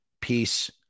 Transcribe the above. Peace